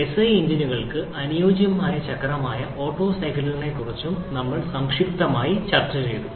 SI എഞ്ചിനുകൾക്ക് അനുയോജ്യമായ ചക്രമായ ഓട്ടോ സൈക്കിളിനെക്കുറിച്ചും ഞങ്ങൾ സംക്ഷിപ്തമായി ചർച്ചചെയ്തു